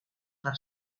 per